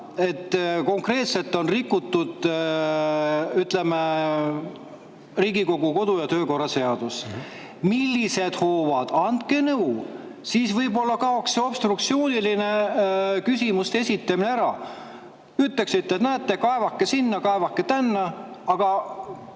et konkreetselt on rikutud Riigikogu kodu- ja töökorra seadust? Millised hoovad on? Andke nõu, siis võib-olla kaob see obstruktsiooniline küsimuste esitamine ära. Ütleksite, et näete, kaevake sinna, kaevake tänna. Aga